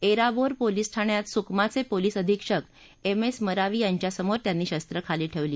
Errabore police ठाण्यात सुकमाचे police अधीक्षक एम एस मरावी यांच्यासमोर त्यांनी शस्त्रं खाली ठेवली